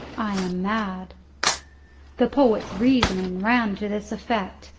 i am mad the poet's reasoning ran to this effect,